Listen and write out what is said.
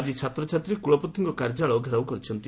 ଆକି ଛାତ୍ରଛାତ୍ରୀ କୁଳପତିଙ୍କ କାର୍ଯ୍ୟାଳୟ ଘେରାଉ କରିଛନ୍ତି